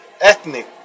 ethnic